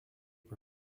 per